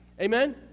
amen